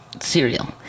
cereal